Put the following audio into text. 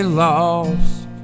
lost